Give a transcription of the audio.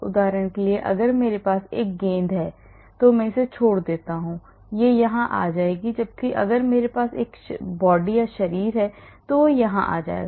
उदाहरण के लिए अगर मेरे पास एक गेंद है तो मैं इसे छोड़ देता हूं यह यहां आ जाएगी जबकि अगर मेरे पास एक शरीर है तो यह यहां आ जाएगा